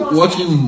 watching